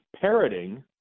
parroting